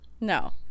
No